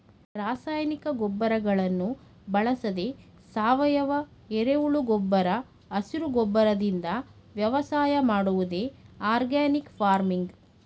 ರಾಸಾಯನಿಕ ಗೊಬ್ಬರಗಳನ್ನು ಬಳಸದೆ ಸಾವಯವ, ಎರೆಹುಳು ಗೊಬ್ಬರ ಹಸಿರು ಗೊಬ್ಬರದಿಂದ ವ್ಯವಸಾಯ ಮಾಡುವುದೇ ಆರ್ಗ್ಯಾನಿಕ್ ಫಾರ್ಮಿಂಗ್